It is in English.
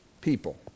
people